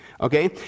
okay